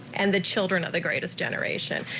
and the children of the greatest generation.